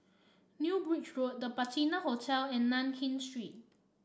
New Bridge Road The Patina Hotel and Nankin Street